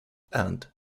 and